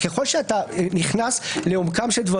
אבל כדי לפסוק בניגוד למשהו שאולי משתמע מחוק-יסוד נביא את כל השופטים,